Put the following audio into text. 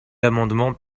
amendement